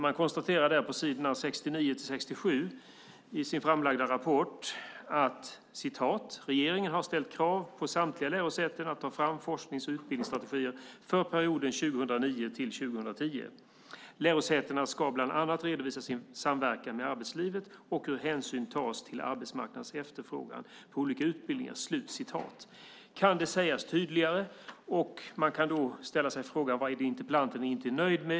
Man konstaterar där på s. 69-76 i sin framlagda rapport: "Regeringen har ställt krav på samtliga lärosäten att ta fram forsknings och utbildningsstrategier för perioden 2009-2010. Lärosätena ska bland annat redovisa sin samverkan med arbetslivet och hur hänsyn tas till arbetsmarknadens efterfrågan på olika utbildningar". Kan det sägas tydligare? Man kan ställa sig frågan: Vad är det interpellanten inte är nöjd med?